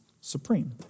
supreme